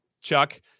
Chuck